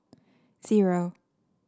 zero